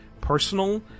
personal